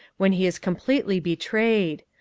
when he is completely betrayed.